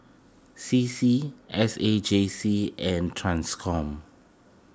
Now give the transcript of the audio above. C C S A J C and Transcom